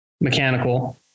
mechanical